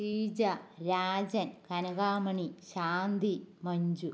Sreeja Rajan Kanakamani Shanthi Manju